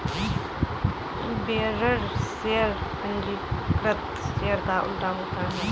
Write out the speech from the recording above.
bearer share पंजीकृत share का उल्टा होता है